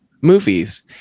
movies